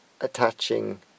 attaching